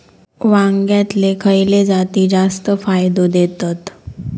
वांग्यातले खयले जाती जास्त फायदो देतत?